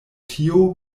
tio